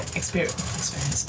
experience